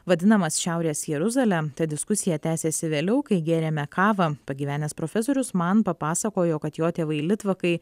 vadinamas šiaurės jeruzale ta diskusija tęsėsi vėliau kai gėrėme kavą pagyvenęs profesorius man papasakojo kad jo tėvai litvakai